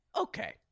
Okay